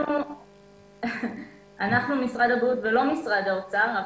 אנחנו משרד הבריאות ולא משרד האוצר.